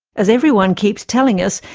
as everyone keeps telling us,